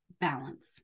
balance